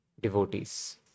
devotees